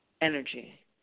energy